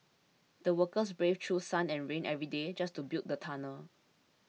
the workers braved through sun and rain every day just to build the tunnel